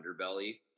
underbelly